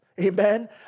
Amen